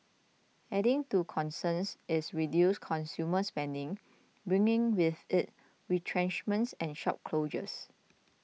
adding to concerns is reduced consumer spending bringing with it retrenchments and shop closures